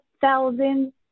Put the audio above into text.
thousand